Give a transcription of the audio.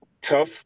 tough